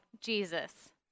jesus